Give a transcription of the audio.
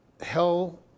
Hell